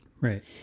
Right